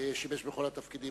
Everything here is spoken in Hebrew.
הוא שימש בכל התפקידים.